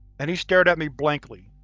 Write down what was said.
and he stared at me blankly.